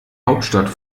hauptstadt